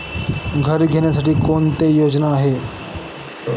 घर घेण्यासाठी कोणती योजना आहे?